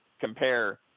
compare